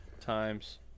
times